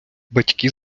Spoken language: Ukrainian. батьки